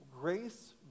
grace